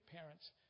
parents